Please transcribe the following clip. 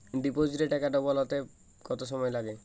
ডিপোজিটে টাকা ডবল হতে কত সময় লাগে?